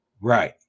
Right